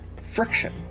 friction